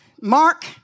Mark